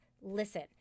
listen